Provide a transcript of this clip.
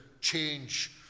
change